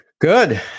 Good